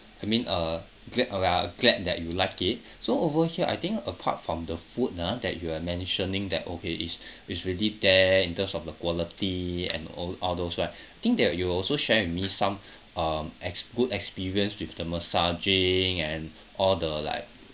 I mean uh glad about glad that you like it so over here I think apart from the food ah that you were mentioning that okay it's it's really there in terms of the quality and all all those right I think that you also share with me some um as good experience with the massaging and all the like